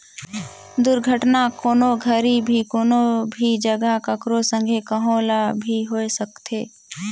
दुरघटना, कोनो घरी भी, कोनो भी जघा, ककरो संघे, कहो ल भी होए सकथे